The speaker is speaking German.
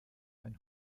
ein